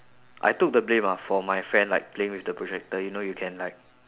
I took the blame lah for my friend like playing with the projector you know you can like